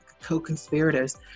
co-conspirators